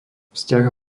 vzťah